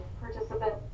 participants